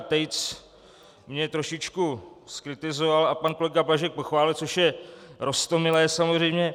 Tejc mě trošičku zkritizoval a pan kolega Blažek pochválil, což je roztomilé samozřejmě.